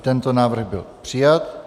Tento návrh byl přijat.